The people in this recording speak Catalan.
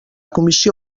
comissió